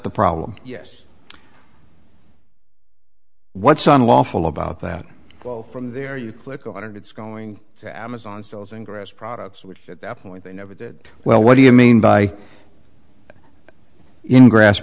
the problem yes what's unlawful about that from there you click on it it's going to amazon sells ingress products which at that point they never did well what do you mean by in grass